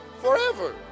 Forever